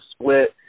split –